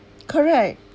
correct